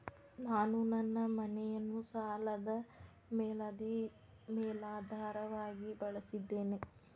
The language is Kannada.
ನಾನು ನನ್ನ ಮನೆಯನ್ನು ಸಾಲದ ಮೇಲಾಧಾರವಾಗಿ ಬಳಸಿದ್ದೇನೆ